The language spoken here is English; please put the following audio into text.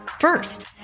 first